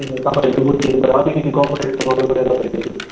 त्यही त तपाईँहरू अलिकिति कपरेट गर्नु पर्यो तपाईँहरूले